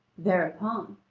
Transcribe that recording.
thereupon,